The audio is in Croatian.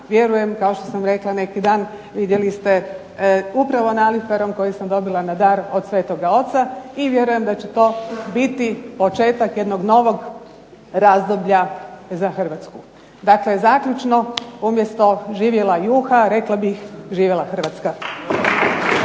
Vjerujem kao što sam rekla neki dan, vidjeli ste upravo nalivperom koji sam dobila na dar od svetoga oca i vjerujem da će to biti početak jednog novog razdoblja za Hrvatsku. Dakle, zaključno umjesto "živjela juha" rekla bih "živjela Hrvatska".